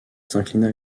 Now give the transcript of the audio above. s’inclina